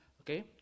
okay